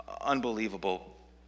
unbelievable